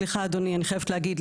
סליחה אדוני אני חייבת להגיד,